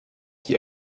die